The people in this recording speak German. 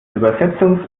übersetzungs